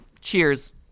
Cheers